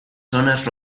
zonas